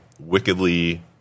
wickedly